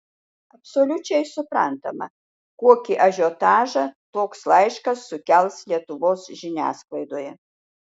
absoliučiai suprantama kokį ažiotažą toks laiškas sukels lietuvos žiniasklaidoje